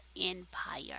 Empire